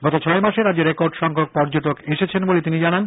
গত ছয় মাসে রাজ্যে রেকর্ড সংখ্যক পর্যটক এসেছেন বলে তিনি জানান